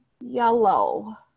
yellow